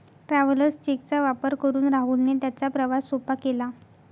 travellers cheque चा वापर करून राहुलने त्याचा प्रवास सोपा केला